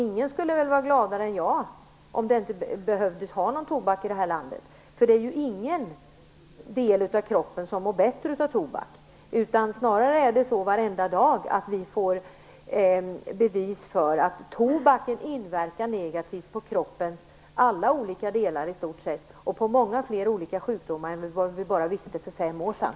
Ingen skulle väl vara gladare än jag om det inte behövdes någon tobak i det här landet, för det är ju ingen del av kroppen som mår bättre av tobak. Snarare är det så att vi varenda dag får bevis på att tobaken inverkar negativt på kroppens alla olika delar i stort sett och leder till många fler sjukdomar än dem som vi kände till för fem år sedan.